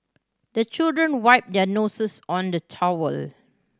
the children wipe their noses on the towel